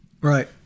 Right